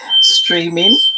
streaming